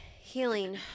healing